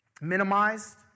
Minimized